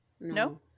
no